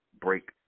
break